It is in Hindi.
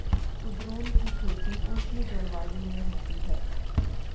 कुद्रुन की खेती उष्ण जलवायु में होती है